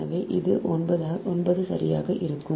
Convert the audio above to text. எனவே அது 9 சரியாக இருக்கும்